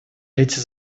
эти